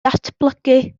datblygu